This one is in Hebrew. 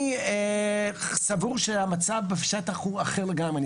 אני סבור שהמצב בשטח הוא אחר לגמרי.